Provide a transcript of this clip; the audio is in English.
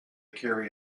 carry